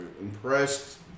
impressed